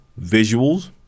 visuals